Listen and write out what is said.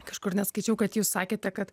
kažkur net skaičiau kad jūs sakėte kad